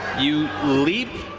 you leap,